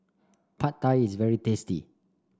Pad Thai is very tasty